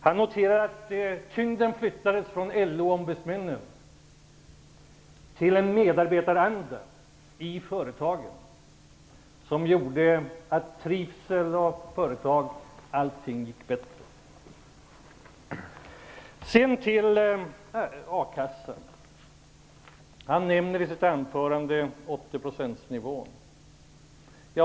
Han noterar att tyngden flyttades från LO-ombudsmännen till en medarbetaranda i företagen som gjorde att trivseln ökade och allting gick bättre. Sedan till a-kassan. Sten Östlund nämner i sitt anförande 80-procentsnivån.